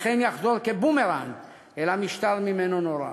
לכן יחזור כבומרנג אל המשטר שממנו נורה".